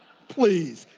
please.